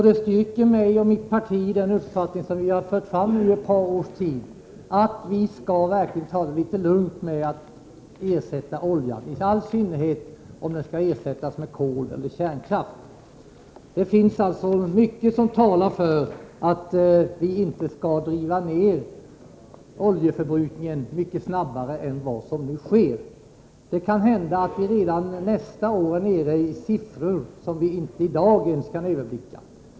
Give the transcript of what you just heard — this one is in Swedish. Det stärker mig och mitt parti i den uppfattning som vi fört fram i ett par års tid att man skall ta det litet lugnt med att ersätta oljan, i all synnerhet om den skall ersättas med kol eller kärnkraft. Det finns mycket som talar för att vi inte skall driva ner oljeförbrukningen mycket snabbare än vad som nu sker. Det kan hända att vi redan nästa år är nere i siffror som vi i dag inte ens kan överblicka.